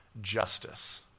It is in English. justice